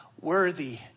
worthy